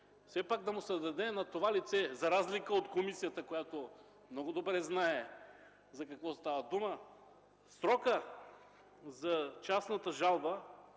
все пак да се даде на това лице, за разлика от комисията, която много добре знае за какво става дума, срокът за частната жалба